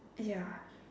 ya